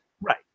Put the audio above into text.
Right